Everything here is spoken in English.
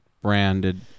branded